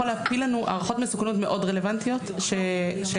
להפיל לנו הערכות מסוכנות מאוד רלוונטיות שחשובות,